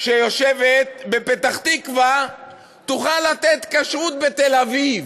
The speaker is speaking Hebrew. שיושבת בפתח-תקווה תוכל לתת כשרות בתל-אביב,